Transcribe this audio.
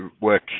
work